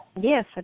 Yes